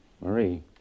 Marie